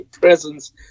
presence